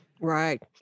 Right